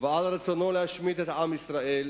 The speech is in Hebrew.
ועל רצונו להשמיד את עם ישראל,